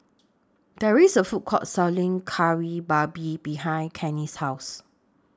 There IS A Food Court Selling Kari Babi behind Kenny's House